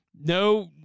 no